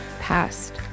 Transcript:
past